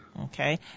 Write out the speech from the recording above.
Okay